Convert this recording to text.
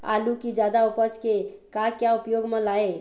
आलू कि जादा उपज के का क्या उपयोग म लाए?